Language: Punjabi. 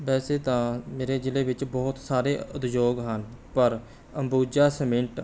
ਵੈਸੇ ਤਾਂ ਮੇਰੇ ਜ਼ਿਲ੍ਹੇ ਵਿੱਚ ਬਹੁਤ ਸਾਰੇ ਉਦਯੋਗ ਹਨ ਪਰ ਅੰਬੂਜਾ ਸੀਮਿੰਟ